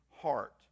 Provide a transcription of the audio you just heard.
heart